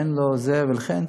ולכן